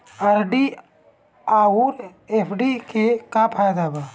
RD आउर FD के का फायदा बा?